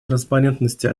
транспарентности